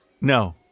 no